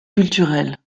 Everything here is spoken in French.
culturel